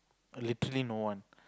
literally no one